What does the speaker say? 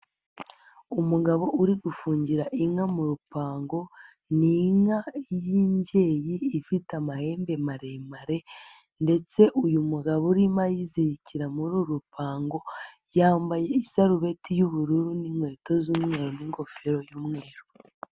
Umugabo uri gufungira inka mu rupango, ni inka y'imbyeyi ifite amahembe maremare ndetse uyu mugabo urimo ayizirikira muri uru rupango, yambaye isarubeti y'ubururu n'inkweto z'umweru n'ingofero y'umweru.